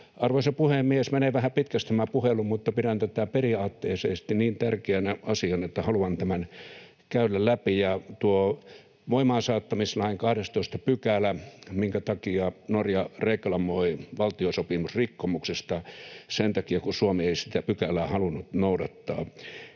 Arvoisa puhemies, menee vähän pitkäksi tämä puhelu, mutta pidän tätä periaatteellisesti niin tärkeänä asiana, että haluan tämän käydä läpi. Tuo voimaansaattamislain 12 §: Norja reklamoi valtiosopimusrikkomuksesta sen takia, kun Suomi ei sitä pykälää halunnut noudattaa.